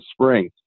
spring